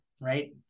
right